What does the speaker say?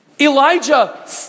Elijah